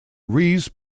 rees